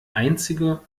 einzige